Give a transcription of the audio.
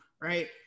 right